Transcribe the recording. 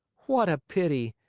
what a pity!